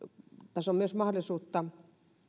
on myös mahdollisuutta